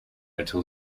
until